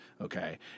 Okay